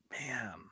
man